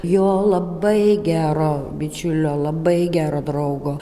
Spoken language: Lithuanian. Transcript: jo labai gero bičiulio labai gero draugo